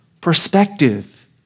perspective